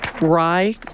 rye